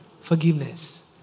forgiveness